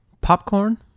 popcorn